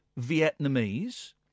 Vietnamese